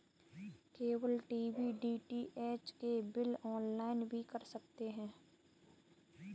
cable TV DTH का bill offline भी भर सकते हैं